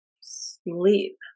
sleep